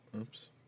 Oops